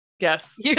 Yes